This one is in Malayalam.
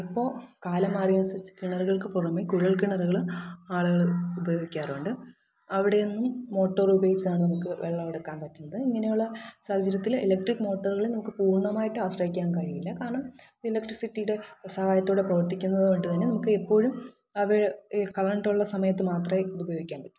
ഇപ്പോൾ കാലം മാറിയതനുസരിച്ച് കിണറുകള്ക്ക് പുറമേ കുഴല്കിണറുകള് ആളുകള് ഉപയോഗിക്കാറുണ്ട് അവിടെയൊന്നും മോട്ടോര് ഉപയോഗിച്ചാണ് നമുക്ക് വെള്ളമെടുക്കാന് പറ്റുന്നത് ഇങ്ങനെയുള്ള സാഹചര്യത്തിൽ ഇലക്ട്രിക്ക് മോട്ടോറുകൾ നമുക്ക് പൂര്ണമായിട്ടും ആശ്രയിക്കാന് കഴിയില്ല കാരണം ഇലക്ട്രിസിറ്റിയുടെ സഹായത്തോടെ പ്രവര്ത്തിക്കുന്നതു കൊണ്ട് തന്നെ നമുക്കെപ്പോഴും കറണ്ടുള്ള സമയത്ത് മാത്രമേ ഉപയോഗിക്കാന് പറ്റുള്ളൂ